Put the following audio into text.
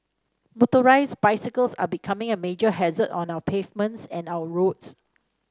motorised bicycles are becoming a major hazard on our pavements and our roads